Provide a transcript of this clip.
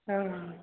ओ